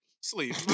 sleep